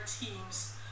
teams